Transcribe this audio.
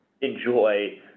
enjoy